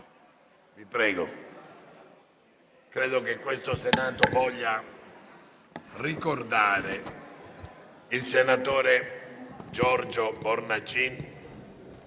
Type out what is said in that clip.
Colleghi, credo che questo Senato voglia ricordare il senatore Giorgio Bornacin,